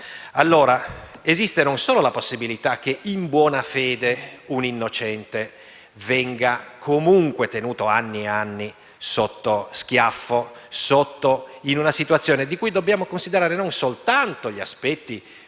allora non solo la possibilità che, in buona fede, un innocente venga tenuto anni e anni "sotto schiaffo", in una situazione di cui dobbiamo considerare non soltanto gli aspetti psicologici